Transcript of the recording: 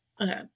Okay